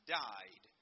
died